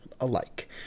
alike